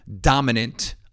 dominant